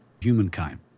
Humankind